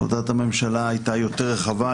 החלטת הממשלה היתה יותר רחבה,